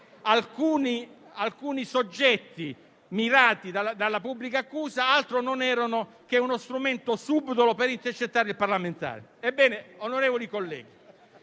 alcuni soggetti mirati dalla pubblica accusa altro non erano che uno strumento subdolo per intercettare il parlamentare.